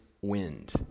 Wind